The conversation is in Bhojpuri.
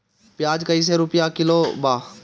प्याज कइसे रुपया किलो बा?